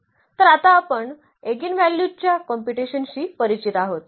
तर आता आपण एगिनॅव्हल्यूजच्या कॉम्पुटेशनशी परिचित आहोत